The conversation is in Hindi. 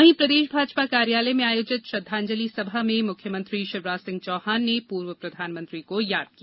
वहीं प्रदेश भाजपा कार्यालय में आयोजित श्रद्धांजलि सभा में मुख्यमंत्री शिवराज सिंह चौहान ने पूर्व प्रधानमंत्री को याद किया